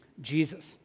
Jesus